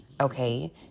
Okay